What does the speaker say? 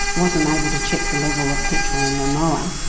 wasn't able to check the level of petrol in the mower,